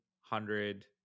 hundred